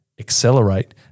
accelerate